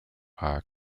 are